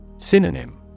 Synonym